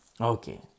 Okay